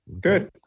Good